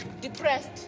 depressed